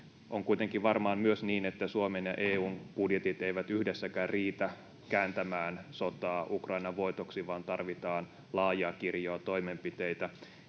On kuitenkin varmaan myös niin, että Suomen ja EU:n budjetit eivät yhdessäkään riitä kääntämään sotaa Ukrainan voitoksi, vaan tarvitaan laajaa kirjoa toimenpiteitä.